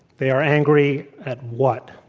they are angry at what?